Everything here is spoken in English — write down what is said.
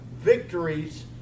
victories